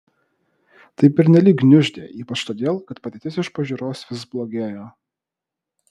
tai pernelyg gniuždė ypač todėl kad padėtis iš pažiūros vis blogėjo